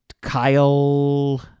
Kyle